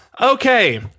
Okay